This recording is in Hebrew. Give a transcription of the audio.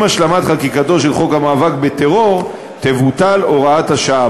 עם השלמת חקיקתו של חוק המאבק בטרור תבוטל הוראת השעה.